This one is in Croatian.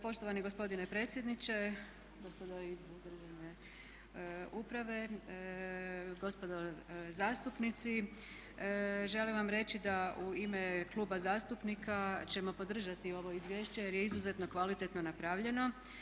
Poštovani gospodine predsjedniče, gospodo iz državne uprave, gospodo zastupnici želim vam reći da u ime kluba zastupnika ćemo podržati ovo izvješće jer je izuzetno kvalitetno napravljeno.